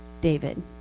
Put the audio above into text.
David